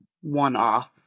one-off